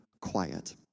quiet